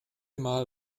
mal